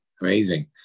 amazing